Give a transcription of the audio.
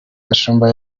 gashumba